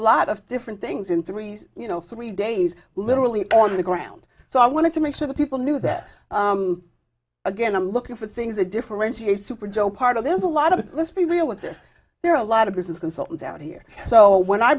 lot of different things in threes you know three days literally on the ground so i wanted to make sure that people knew that again i'm looking for things that differentiate super joe part of there's a lot of let's be real with this there are a lot of business consultants out here so when i